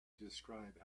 describe